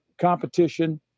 Competition